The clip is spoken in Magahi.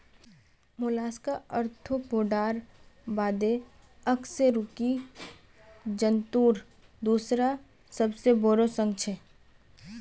मोलस्का आर्थ्रोपोडार बादे अकशेरुकी जंतुर दूसरा सबसे बोरो संघ छे